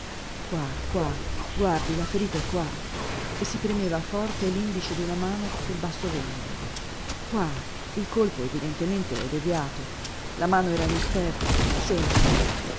qua qua guardi la ferita è qua e si premeva forte l'indice d'una mano sul basso ventre qua il colpo evidentemente è deviato la mano era inesperta sente